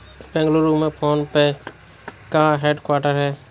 बेंगलुरु में PhonePe का headquarter हैं